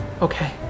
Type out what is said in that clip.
Okay